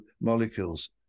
molecules